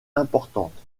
importante